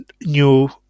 new